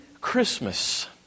Christmas